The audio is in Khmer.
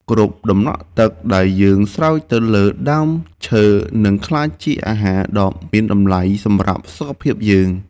គ្រប់ដំណក់ទឹកដែលយើងស្រោចទៅលើដើមឈើនឹងក្លាយជាអាហារដ៏មានតម្លៃសម្រាប់សុខភាពរបស់យើង។